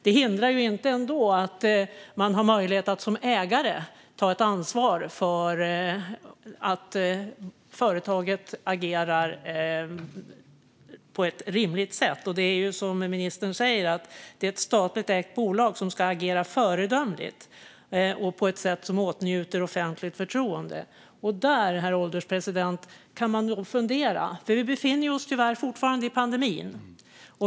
Det hindrar inte att man som ägare har möjlighet att ta ansvar för att företaget agerar på ett rimligt sätt. Som ministern säger är det ett statligt ägt bolag som ska agera föredömligt och på ett sätt som åtnjuter offentligt förtroende. Där, herr ålderspresident, kan man nog fundera. Vi befinner oss tyvärr fortfarande i en pandemi.